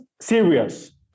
serious